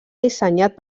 dissenyat